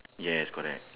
yes correct